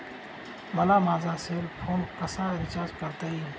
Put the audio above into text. मला माझा cell phone कसा रिचार्ज करता येईल?